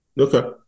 Okay